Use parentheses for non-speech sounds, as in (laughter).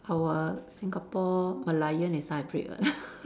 our Singapore merlion is hybrid [what] (laughs)